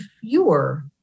fewer